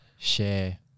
share